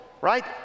right